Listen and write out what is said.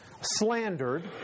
slandered